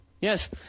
Yes